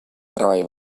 treball